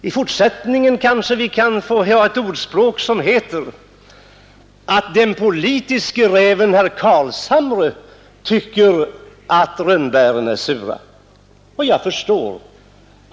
I fortsättningen kanske vi kan få ha ett uttryck som säger att den politiske räven herr Carlshamre tycker att rönnbären är sura. Jag förstår.